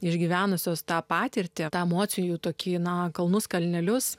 išgyvenusios tą patirtį tą emocijų tokį na kalnus kalnelius